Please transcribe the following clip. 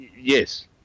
Yes